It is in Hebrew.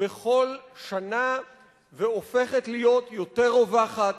בכל שנה והופכת להיות יותר רווחת,